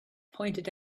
pointed